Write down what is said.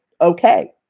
Okay